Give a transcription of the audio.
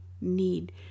need